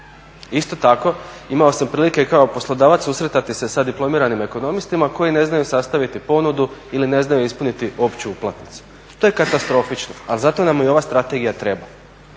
Isto tako imao sam prilike kao poslodavac susretati se sa diplomiranim ekonomistima koji ne znaju sastaviti ponudu ili ne znaju ispuniti opću uplatnicu. To je katastrofično! Ali zato nam ova strategija treba,